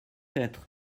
être